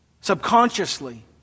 subconsciously